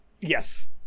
yes